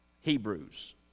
Hebrews